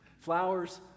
Flowers